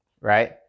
right